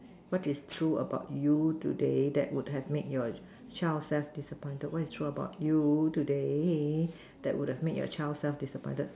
what is true about you today that would have made your child self disappointed what is true about you today that would have made your child self disappointed